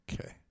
okay